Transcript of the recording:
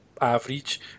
average